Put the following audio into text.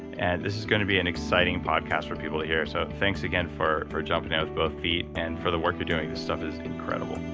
and this is going to be an exciting podcast for people to hear. so thanks again for for jumping in with both feet and for the work you're doing. this stuff is incredible.